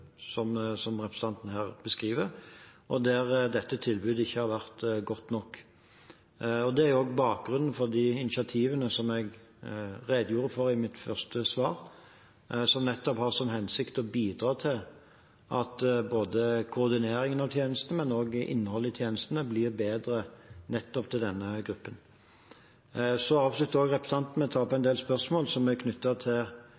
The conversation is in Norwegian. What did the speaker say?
og der dette tilbudet ikke har vært godt nok. Det er også bakgrunnen for de initiativene jeg redegjorde for i mitt første svar, som nettopp har som hensikt å bidra til at både koordinering av tjenestene og innholdet i tjenestene blir bedre til denne gruppen. Så avsluttet representanten med å ta opp en del spørsmål som er knyttet til